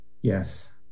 Yes